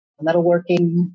metalworking